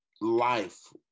Life